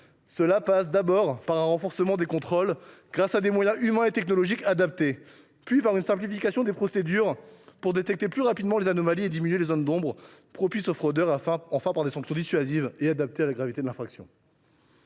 Cela passe d’abord par un renforcement des contrôles, grâce à des moyens humains et technologiques adaptés, puis par une simplification des procédures pour détecter plus rapidement les anomalies et diminuer les zones d’ombre favorables aux fraudeurs, enfin par des sanctions dissuasives et adaptées à la gravité des infractions.